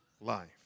life